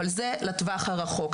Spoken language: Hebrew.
אבל זה לטווח הרחוק.